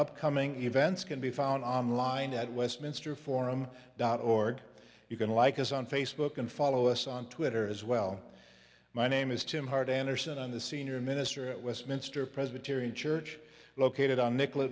upcoming events can be found online at westminster forum dot org you can like us on facebook and follow us on twitter as well my name is tim hart anderson on the senior minister at westminster presbyterian church located on nicol